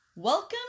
Welcome